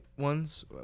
ones